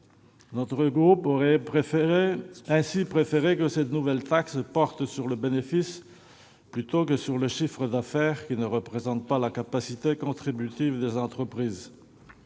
Mon groupe aurait ainsi préféré que cette nouvelle taxe porte sur le bénéfice, plutôt que sur le chiffre d'affaires, qui ne représente pas la capacité contributive des entreprises.